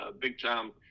Big-time